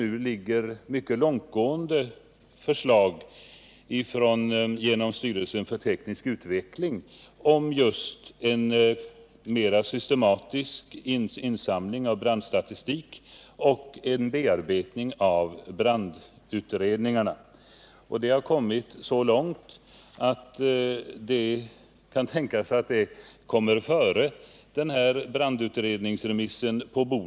Nu finns mycket långt gående förslag genom styrelsen för teknisk utveckling om en mera systematisk insamling av brandstatistik och en bearbetning av brandutredningarna. Det har kommit så långt att det kan tänkas att det kommer på bordet före brandutredningsremissen.